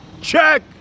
check